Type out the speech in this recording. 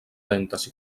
lentes